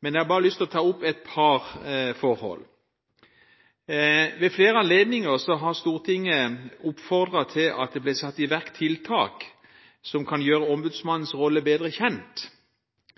jeg har bare lyst til å ta opp et par forhold. Ved flere anledninger har Stortinget oppfordret til at det blir satt i verk tiltak som kan gjøre Ombudsmannens rolle bedre kjent.